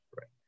right